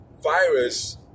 virus